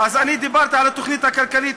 אני דיברתי על התוכנית הכלכלית,